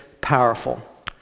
powerful